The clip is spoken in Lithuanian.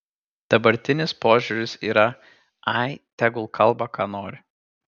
dabartinis požiūris yra ai tegul kalba ką nori